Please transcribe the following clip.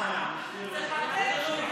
נכון.